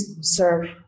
serve